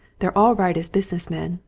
they're all right as business men,